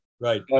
Right